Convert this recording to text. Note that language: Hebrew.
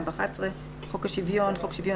(הגבלות